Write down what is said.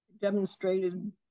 demonstrated